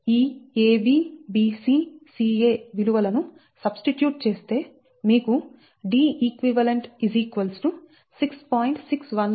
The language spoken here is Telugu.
ఈ ab bc ca విలువలను సబ్స్టిట్యూట్ చేస్తే మీకు Deq 6